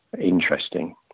interesting